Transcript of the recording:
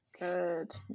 Good